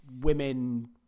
women